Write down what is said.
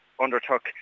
undertook